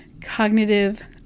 cognitive